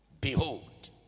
Behold